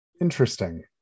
interesting